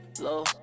low